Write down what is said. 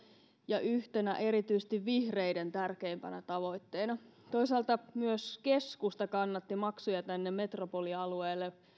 ja yhtenä erityisesti vihreiden tärkeimpänä tavoitteena toisaalta myös keskusta kannatti maksuja tänne metropolialueelle